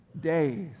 days